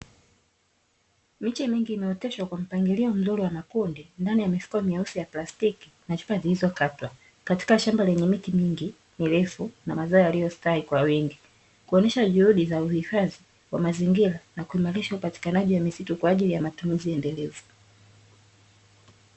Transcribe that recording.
Miche mingi imeoteshwa kwa mpangilio mzuri wa makundi, ndani ya mifuko myeusi ya plastiki na chupa zilizokatwa. Katika shamba lenye miti mingi mirefu, na mazao yaliyostawi kwa wingi. Kuonyesha juhudi za uhifadhi wa mazingira na kuimarisha upatikanaji wa misitu kwa ajili ya matumizi endelevu.